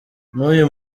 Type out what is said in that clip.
n’uyu